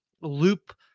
loop